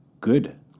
good